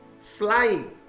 flying